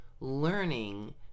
learning